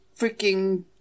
freaking